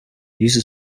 user